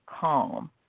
calm